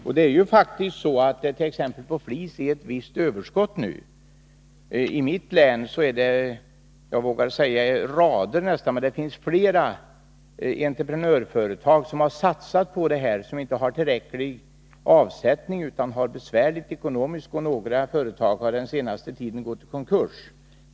F. n. finns det ett överskott på flis. Jag vågar säga att det i mitt hemlän finns rader av, eller i varje fall flera entreprenadföretag som har satsat på detta och som inte har tillräcklig avsättning utan har det besvärligt ekonomiskt. Några företag har den senaste tiden gått i konkurs.